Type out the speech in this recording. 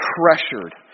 pressured